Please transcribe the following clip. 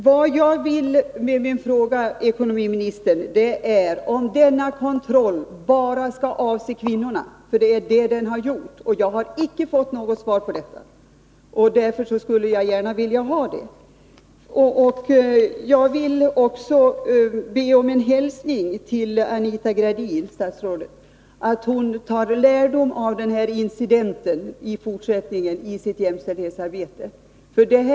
Herr talman! Vad jag ville veta med min fråga var om denna kontroll bara skall avse kvinnorna. Det är det den har gjort. Jag har icke fått något svar på detta. Därför skulle jag gärna vilja få det. Jag vill också be om en hälsning till statsrådet Anita Gradin, att hon tar lärdom av denna incident för sitt jämställdhetsarbete i fortsättningen.